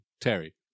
Terry